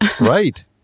Right